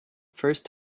first